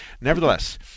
nevertheless